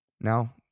Now